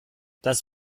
das